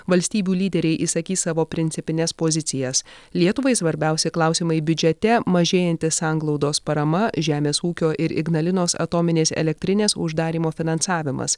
valstybių lyderiai išsakys savo principines pozicijas lietuvai svarbiausi klausimai biudžete mažėjanti sanglaudos parama žemės ūkio ir ignalinos atominės elektrinės uždarymo finansavimas